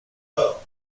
bow